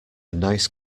nice